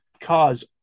cause